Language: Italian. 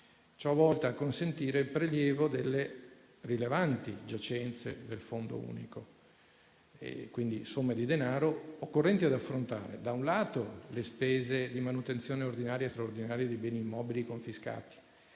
volta a consentire il prelievo delle rilevanti giacenze del Fondo unico, quindi somme di denaro occorrenti ad affrontare, da un lato, le spese di manutenzione ordinaria e straordinaria dei beni immobili confiscati